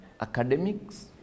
academics